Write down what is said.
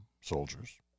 soldiers